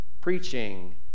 Preaching